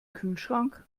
kühlschrank